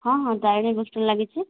ହଁ ହଁ Tarini book store ଲାଗିଛି